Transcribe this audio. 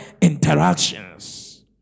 Interactions